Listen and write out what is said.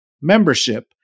Membership